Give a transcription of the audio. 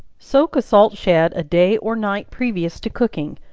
soak a salt shad a day or night previous to cooking,